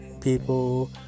people